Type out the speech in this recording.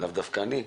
לאו דווקא אני,